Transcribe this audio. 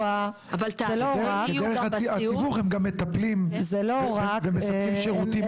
ודרך התיווך הם גם מטפלים ומספקים שירותים עוקפים.